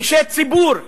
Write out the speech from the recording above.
אישי ציבור מתל-אביב,